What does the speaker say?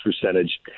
percentage –